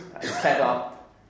setup